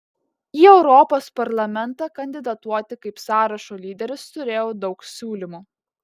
į europos parlamentą kandidatuoti kaip sąrašo lyderis turėjau daug siūlymų